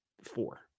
four